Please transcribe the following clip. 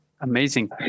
Amazing